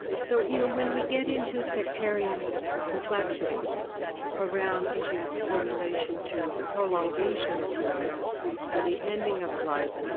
so, you know, when we get into sectarian complexity around issues in relation to the prolongation of life or the ending of life,